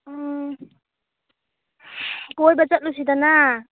ꯎꯝ ꯀꯣꯏꯕ ꯆꯠꯂꯨꯁꯤꯗꯅ